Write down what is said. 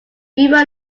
will